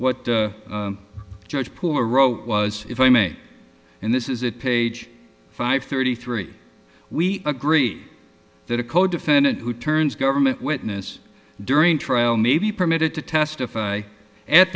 what judge poor wrote was if i may and this is it page five thirty three we agree that a codefendant who turns government witness during trial may be permitted to testify at